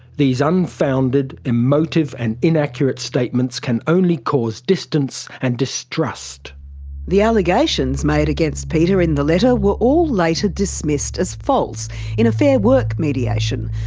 these unfounded, emotive and inaccurate statements can only cause distance and distrust the allegations made against peter in the letter were all later dismissed as false in a fair work mediation,